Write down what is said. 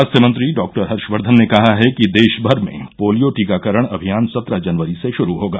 स्वास्थ्य मंत्री डाक्टर हर्षवर्धन ने कहा है कि देशभर में पोलियो टीकाकरण अमियान सत्रह जनवरी से श्रू होगा